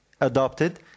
adopted